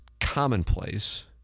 commonplace